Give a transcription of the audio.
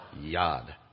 yod